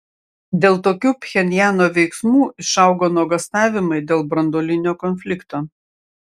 dėl tokių pchenjano veiksmų išaugo nuogąstavimai dėl branduolinio konflikto